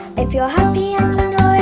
if you're happy